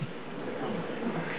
וחברי,